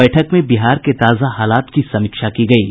बैठक में बिहार के ताजा हालात की समीक्षा की गयी